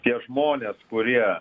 tie žmonės kurie